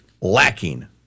lacking